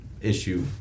issue